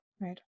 right